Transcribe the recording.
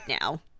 now